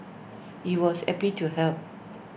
he was happy to help